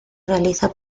realiza